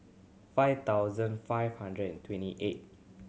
five thousand five hundred and twenty eight